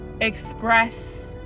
express